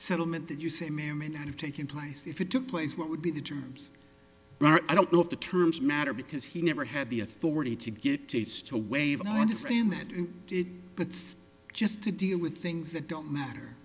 settlement that you say may or may not have taken place if it took place what would be the tunes i don't know if the terms matter because he never had the authority to get tickets to waive and i understand that that's just to deal with things that don't matter